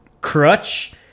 Crutch